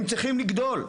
הם צריכים לגדול.